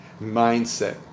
mindset